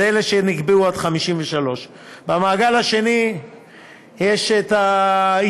זה אלה שנקבעו עד 1953. במעגל השני יש היתר,